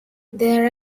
there